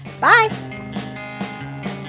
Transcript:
Bye